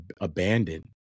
abandoned